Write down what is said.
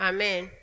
Amen